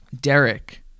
Derek